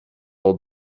old